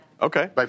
Okay